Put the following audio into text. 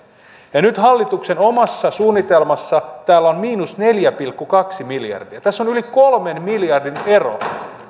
miljardin nyt hallituksen omassa suunnitelmassa täällä on miinus neljä pilkku kaksi miljardia tässä on yli kolmen miljardin ero